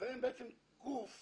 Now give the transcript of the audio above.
ובעצם אין גוף